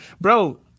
Bro